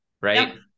right